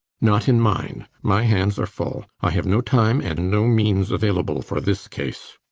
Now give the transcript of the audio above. not in mine. my hands are full. i have no time and no means available for this case.